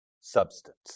substance